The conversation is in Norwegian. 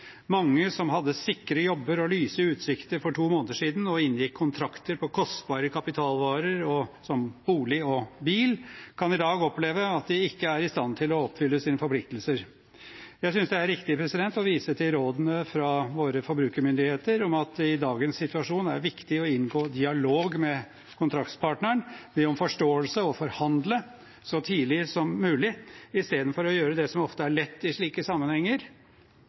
Mange som hadde sikre jobber og lyse utsikter for to måneder siden, og inngikk kontrakter på kostbare kapitalvarer som bolig og bil, kan i dag oppleve at de ikke er i stand til å oppfylle sine forpliktelser. Jeg synes det er riktig å vise til rådene fra våre forbrukermyndigheter om at det i dagens situasjon er viktig å inngå dialog med kontraktspartneren, be om forståelse og forhandle – så tidlig som mulig – i stedet for å gjøre det som ofte er lett i slike sammenhenger: